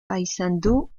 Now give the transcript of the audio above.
paysandú